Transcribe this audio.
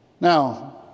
Now